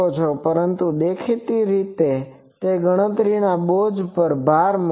પરંતુ દેખીતી રીતે તે ગણતરીના બોજ પર ભાર મૂકે છે